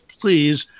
please